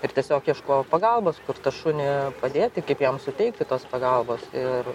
ir tiesiog ieškojau pagalbos kur tą šunį padėti kaip jam suteikti tos pagalbos ir